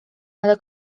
ale